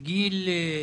את גיל,